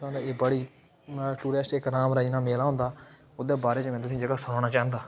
एह् बड़ी टूरिस्ट इक रामराइयें दा मेला होंदा ओह्दे बारै च में तु'सें ई जेह्ड़ा सनाना चांह्दा